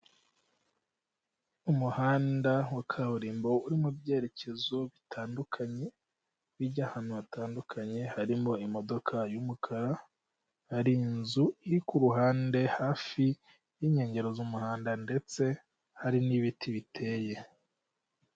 Umuhanda wa kaburimbo uri mu byerekezo bitandukanye, bijya ahantu hatandukanye harimo imodoka y'umukara, hari inzu iri ku ruhande hafi y'inkengero z'umuhanda, ndetse hari n'ibiti biteye.